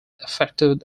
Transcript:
affected